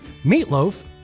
Meatloaf